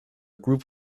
group